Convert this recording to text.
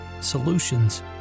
solutions